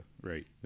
Right